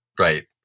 Right